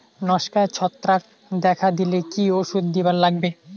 লঙ্কায় ছত্রাক দেখা দিলে কি ওষুধ দিবার লাগবে?